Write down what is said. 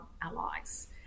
allies